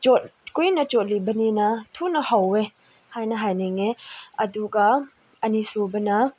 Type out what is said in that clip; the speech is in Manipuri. ꯆꯣꯠ ꯀꯨꯏꯅ ꯆꯣꯠꯂꯤꯕꯅꯤꯅ ꯊꯨꯅ ꯍꯧꯋꯦ ꯍꯥꯏꯅ ꯍꯥꯏꯅꯤꯡꯉꯦ ꯑꯗꯨꯒ ꯑꯅꯤꯁꯨꯕꯅ